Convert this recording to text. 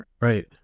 Right